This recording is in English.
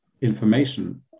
information